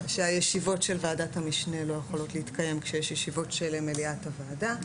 הישיבות של ועדת המשנה לא יכולות להתקיים כשיש ישיבות של מליאת הוועדה,